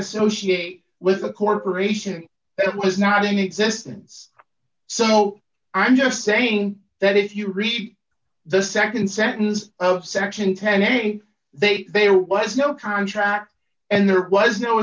associate with a corporation that was not an existence so i'm just saying that if you read the nd sentence of section ten any they there was no contract and there was no